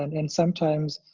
and and sometimes,